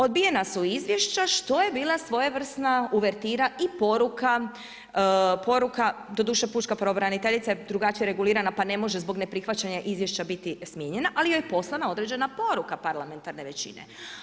Odbijena su izvješća što je bila svojevrsna uvertira i poruka, doduše pučka pravobraniteljica je drugačije regulirana pa ne može zbog neprihvaćanja izvješća biti smijenjena ali joj je poslana određena poruka parlamentarne većine.